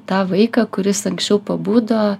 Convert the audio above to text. tą vaiką kuris anksčiau pabudo